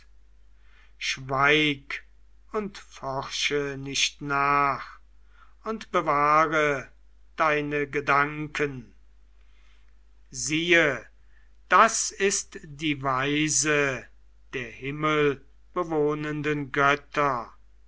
schweig und forsche nicht nach und bewahre deine gedanken siehe das ist die weise der himmelbewohnenden götter